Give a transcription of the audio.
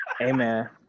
Amen